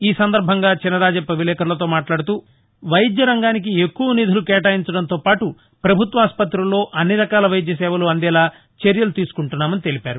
ఈ సందర్బంగా చినరాజప్ప విలేకరులతో మాట్లాడుతూ వైద్య రంగానికి ఎక్కువ నిధులు కేటాయించడంతోపాటు పభుత్వ ఆసుపత్రులలో అన్ని రకాల వైద్యసేవలు అందేలా చర్యలు తీసుకుంటున్నామని చెప్పారు